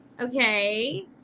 Okay